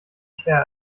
share